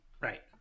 right